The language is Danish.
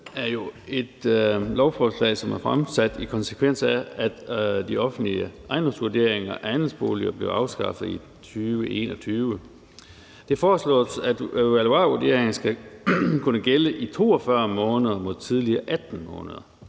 111 er jo et lovforslag, som er fremsat som en konsekvens af, at de offentlige ejendomsvurderinger af andelsboliger blev afskaffet i 2021. Det foreslås, at valuarvurderingen skal kunne gælder i 42 måneder mod tidligere 18 måneder.